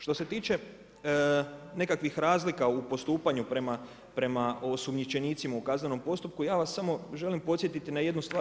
Što se tiče nekakvih razlika u postupanju prema osumnjičenicima u kaznenom postupku ja vas samo želim podsjetiti na jednu stvar.